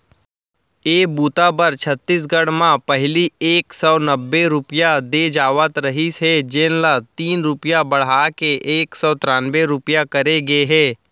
ए बूता बर छत्तीसगढ़ म पहिली एक सव नब्बे रूपिया दे जावत रहिस हे जेन ल तीन रूपिया बड़हा के एक सव त्रान्बे रूपिया करे गे हे